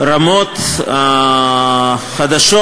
לרמות החדשות,